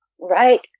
right